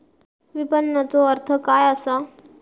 विपणनचो अर्थ काय असा?